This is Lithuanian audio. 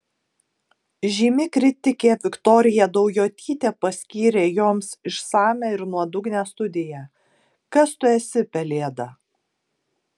žymi kritikė viktorija daujotytė paskyrė joms išsamią ir nuodugnią studiją kas tu esi pelėda